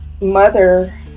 mother